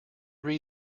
read